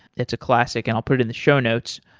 it's a classic, and i'll put it in the show notes.